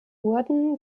wurden